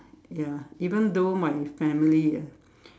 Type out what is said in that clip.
ya even though my family ah